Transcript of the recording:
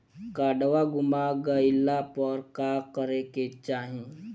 काडवा गुमा गइला पर का करेके चाहीं?